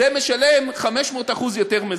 זה משלם 500% יותר מזה.